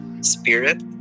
spirit